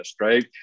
right